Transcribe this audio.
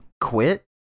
quit